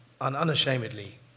unashamedly